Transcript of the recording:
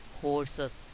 horses